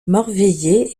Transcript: morvilliers